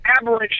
aberrant